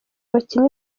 bakina